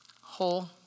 whole